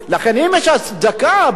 אם יש הצדקה באמת,